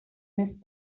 més